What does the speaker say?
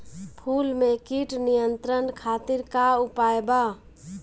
फूल में कीट नियंत्रण खातिर का उपाय बा?